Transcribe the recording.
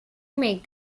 make